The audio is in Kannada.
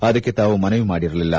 ಅದಕ್ಕೆ ತಾವು ಮನವಿ ಮಾಡಿರಲಿಲ್ಲ